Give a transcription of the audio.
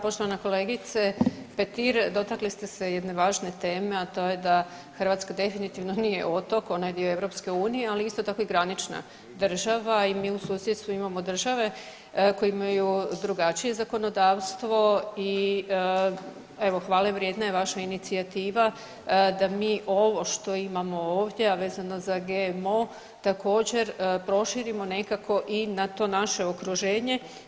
Poštovana kolegice Petir, dotakli ste se jedne važne teme, a to je da Hrvatska definitivno nije otok, ona je dio EU, ali je isto tako i granična država i mi u susjedstvu imamo države koje imaju drugačije zakonodavstvo i evo hvale vrijedna je vaša inicijativa da mi ovo što imamo ovdje, a vezano za GMO također proširimo nekako i na to naše okruženje.